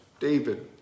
David